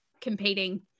competing